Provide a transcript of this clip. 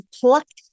plucked